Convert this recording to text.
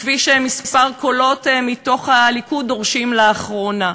כפי שכמה קולות בליכוד דורשים לאחרונה?